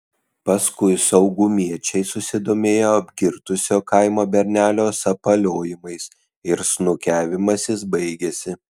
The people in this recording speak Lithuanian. paskui saugumiečiai susidomėjo apgirtusio kaimo bernelio sapaliojimais ir snukiavimasis baigėsi